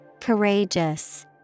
Courageous